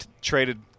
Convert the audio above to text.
traded